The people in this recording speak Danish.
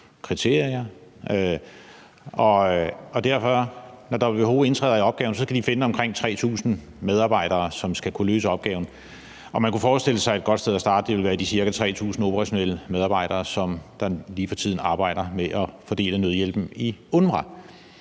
kriterier. Når WHO derfor indtræder i opgaven, skal de finde omkring 3.000 medarbejdere, som skal kunne løse opgaven. Man kunne forestille sig, at et godt sted at starte ville være de ca. 3.000 operationelle medarbejdere, som lige for tiden arbejder med at fordele nødhjælpen i UNRWA.